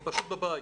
הם פשוט בבית.